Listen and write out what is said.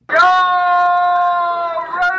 Go